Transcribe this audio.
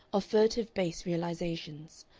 of furtive base realizations.